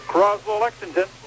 Croswell-Lexington